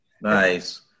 nice